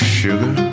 sugar